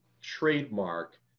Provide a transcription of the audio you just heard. trademark